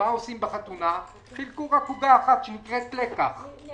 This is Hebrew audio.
עושים בחתונה - חילקו עוגה אחת, לקח, עם